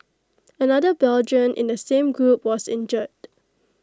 another Belgian in the same group was injured